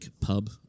pub